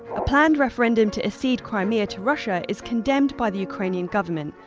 a planned referendum to accede crimea to russia is condemned by the ukrainian government,